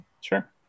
Sure